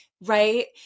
right